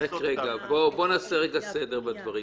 ------ בואו נעשה סדר בדברים.